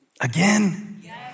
again